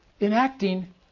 enacting